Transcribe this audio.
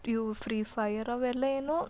ಇವು Free Fire ಅವೆಲ್ಲ ಏನು